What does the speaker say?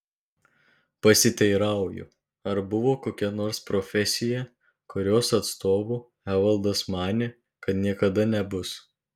pasiteirauju ar buvo kokia nors profesija kurios atstovu evaldas manė kad niekada nebus